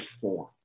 form